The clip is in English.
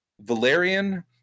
Valerian